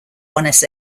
buenos